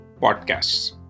podcasts